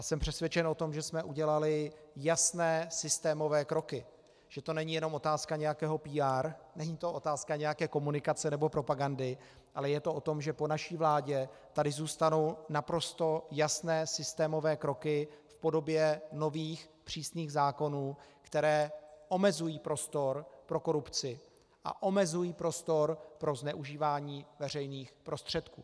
Jsem přesvědčen o tom, že jsme udělali jasné systémové kroky, že to není jenom otázka nějakého PR, není to otázka nějaké komunikace nebo propagandy, ale je to o tom, že po naší vládě tady zůstanou naprosto jasné systémové kroky v podobě nových přísných zákonů, které omezují prostor pro korupci a omezují prostor pro zneužívání veřejných prostředků.